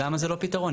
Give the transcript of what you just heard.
למה זה לא פתרון?